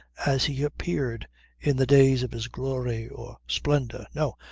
as he appeared in the days of his glory or splendour. no!